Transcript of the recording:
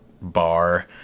bar